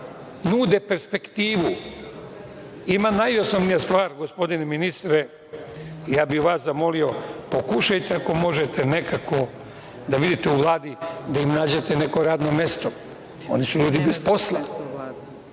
perspektivu. Ima najosnovnija stvar, gospodine ministre, zamolio bih vas, pokušajte ako možete nekako da vidite u Vladi da im nađete neko radno mesto. Oni su ljudi bez posla,